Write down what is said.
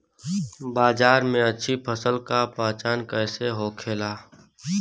बाजार में अच्छी फसल का पहचान कैसे होखेला?